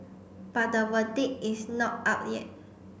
but the verdict is not out yet